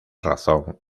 razón